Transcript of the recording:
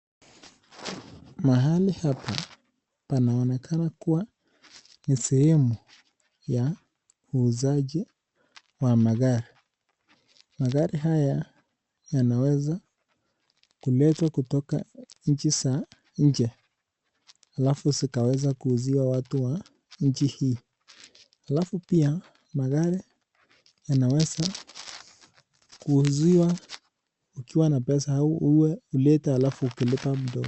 Mahali hapa panaonekana kuwa ni sehemu ya uuzaji wa magari . Magari haya yanaweza kuletwa kutoka nchi za nje alafu zitaweza kuuziwa watu wa nchi hii. Alafu pia magari yanaweza kuuziwa ukiwa na pesa au ulete ukilipa mdogo mdogo.